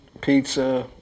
pizza